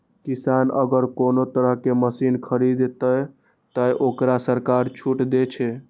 किसान अगर कोनो तरह के मशीन खरीद ते तय वोकरा सरकार छूट दे छे?